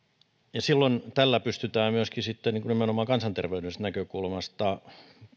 ja viineihin silloin tällä pystytään myöskin nimenomaan kansanterveydellisestä näkökulmasta